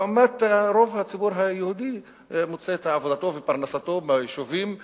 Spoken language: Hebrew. לעומת רוב הציבור היהודי שמוצא את עבודתו ופרנסתו ביישובים שלו.